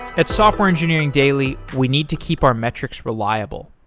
at software engineering daily, we need to keep our metrics reliable.